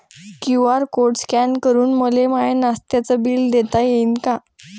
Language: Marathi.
क्यू.आर कोड स्कॅन करून मले माय नास्त्याच बिल देता येईन का?